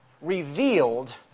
revealed